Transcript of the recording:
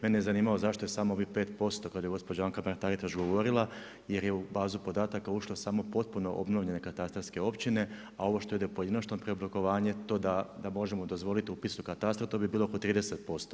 Mene je zanimalo zašto je samo ovih 5% kada je gospođa Mrak-Taritaš govorila, jer je u bazu podataka ušlo samo potpuno obnovljene katastarske općine a ovo što ide pojedinačno preoblikovanje to da možemo dozvoliti upis u katastar to bi bilo oko 30%